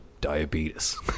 diabetes